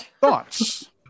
thoughts